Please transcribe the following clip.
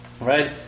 Right